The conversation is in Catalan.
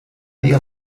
dia